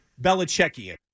Belichickian